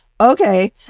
okay